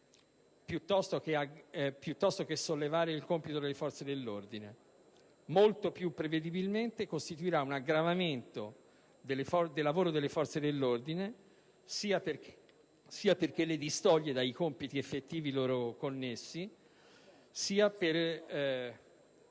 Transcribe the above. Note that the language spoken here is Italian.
piuttosto che sollevare il compito delle forze dell'ordine. Molto più prevedibilmente costituirà un aggravio del lavoro delle forze dell'ordine perché le distoglierà dai compiti effettivamente loro